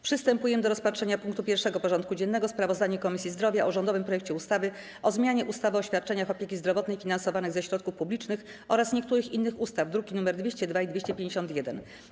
Przystępujemy do rozpatrzenia punktu 1. porządku dziennego: Sprawozdanie Komisji Zdrowia o rządowym projekcie ustawy o zmianie ustawy o świadczeniach opieki zdrowotnej finansowanych ze środków publicznych oraz niektórych innych ustaw (druki nr 202 i 251)